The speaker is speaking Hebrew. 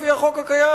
לפי החוק הקיים,